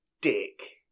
dick